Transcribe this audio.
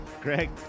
Greg